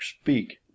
speak